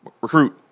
Recruit